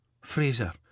Fraser